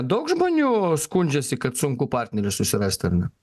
daug žmonių skundžiasi kad sunku partnerį susirast ar ne